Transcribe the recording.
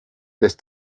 lässt